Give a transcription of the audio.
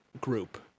group